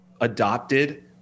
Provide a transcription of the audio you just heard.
adopted